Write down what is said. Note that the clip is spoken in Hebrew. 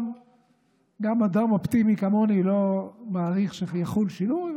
גם אדם אופטימי כמוני לא מעריך שיחול שינוי.